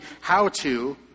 how-to